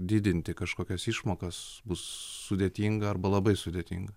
didinti kažkokias išmokas bus sudėtinga arba labai sudėtinga